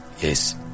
Yes